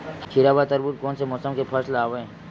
खीरा व तरबुज कोन से मौसम के फसल आवेय?